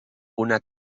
una